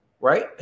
right